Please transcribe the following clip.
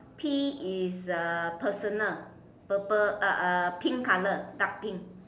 P is uh personal purple pink colour dark pink